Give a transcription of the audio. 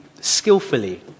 skillfully